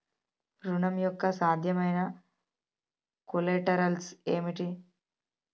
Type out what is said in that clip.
ఋణం యొక్క సాధ్యమైన కొలేటరల్స్ ఏమిటి?